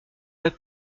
pas